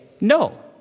no